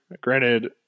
Granted